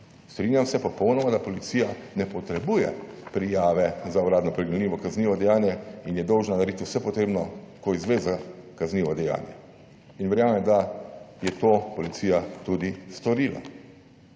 Strinjam se, popolnoma, da policija ne potrebuje prijave za uradno pregonljivo kaznivo dejanje in je dolžna narediti vse potrebno, ko izve za kaznivo dejanje, in verjamem, da je to policija tudi storila.